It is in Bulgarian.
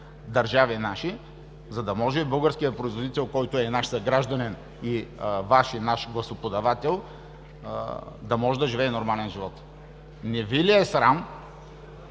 държави, за да може българският производител, който е наш съгражданин, и Ваш, и наш гласоподавател, да може да живее нормален живот? Не Ви ли е срам